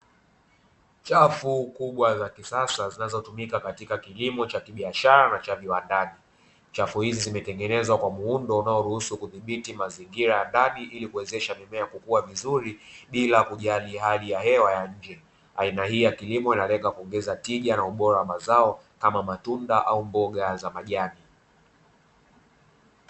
Chafu kubwa za kisasa, zinazotumika kwa ajili ya kilimo cha biashara na za viwandani. Chafu hizi zimetengenezwa kwa muundo unaoruhusu kudhibiti mazingira ya ndani, ili kuwezesha mimea kukua vizuri bila kujali hali ya hewa ya nje. Aina hii ya kilimo inalenga kuongeza tija na ubora wa mazao, kama matunda au mboga za majani.